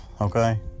okay